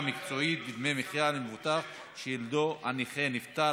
מקצועית ודמי מחיה למבוטח שילדו הנכה נפטר),